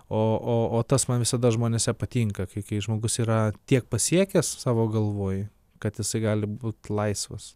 o o o tas man visada žmonėse patinka kai kai žmogus yra tiek pasiekęs savo galvoj kad jisai gali būt laisvas